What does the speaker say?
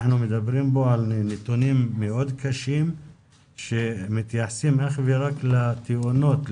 אנחנו מדברים פה על נתונים מאוד קשים שמתייחסים אך ורק לתאונות,